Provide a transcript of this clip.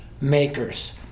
makers